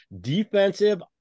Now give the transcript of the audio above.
defensive